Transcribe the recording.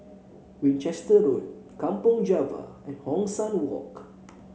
Winchester Road Kampong Java and Hong San Walk